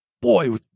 boy